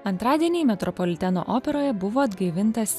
antradienį metropoliteno operoje buvo atgaivintas